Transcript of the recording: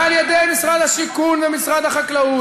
ועל-ידי משרד השיכון ומשרד החקלאות,